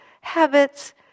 habits